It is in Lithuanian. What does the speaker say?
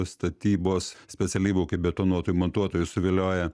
statybos specialybių kaip betonuotojų montuotojų suvilioja